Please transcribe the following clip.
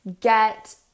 get